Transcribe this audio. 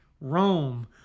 Rome